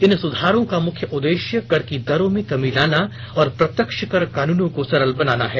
इन सुधारों का मुख्य उद्देश्य कर की दरों में कमी लाना और प्रत्यक्ष कर कानूनों को सरल बनाना है